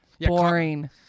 boring